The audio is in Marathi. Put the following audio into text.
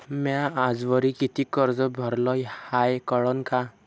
म्या आजवरी कितीक कर्ज भरलं हाय कळन का?